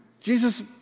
Jesus